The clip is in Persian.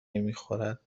نمیخورد